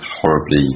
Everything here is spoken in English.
horribly